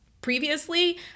previously